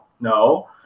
No